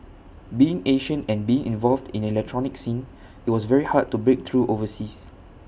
being Asian and being involved in the electronic scene IT was very hard to break through overseas